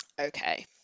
okay